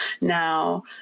Now